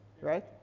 right